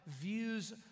views